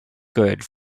good